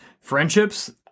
friendships